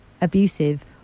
abusive